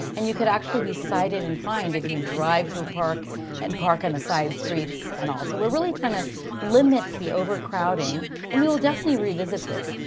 and you could actually be cited and fined if you drive to a park and park on the side streets and all. so we're really trying to limit the overcrowding and we will definitely revisit this.